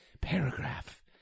paragraph